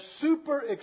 super